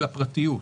לפרטיות.